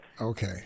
Okay